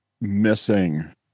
missing